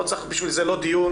לא צריך בשביל זה דיון.